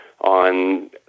on